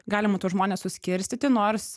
galima tuos žmones suskirstyti nors